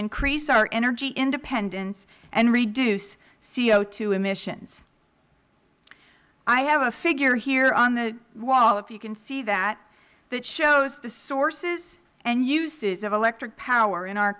increase our energy independence and reduce co emissions i have a figure here on the wall if you can see that that shows the sources and uses of electric power in our